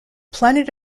planet